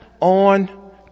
on